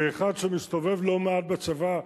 כאחד שמסתובב לא מעט בצבא,